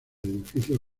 edificios